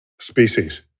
Species